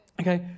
Okay